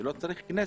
ולא צריך כנסת.